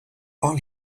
all